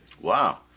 Wow